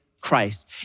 Christ